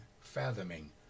fathoming